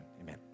Amen